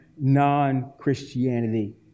Non-Christianity